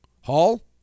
Hall